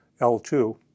L2